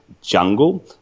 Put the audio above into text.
jungle